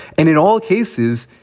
and in all cases,